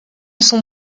son